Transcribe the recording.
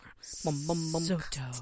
Soto